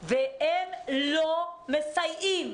לאלונקה, תחת מעמסה מאוד קשה, והם לא מסייעים.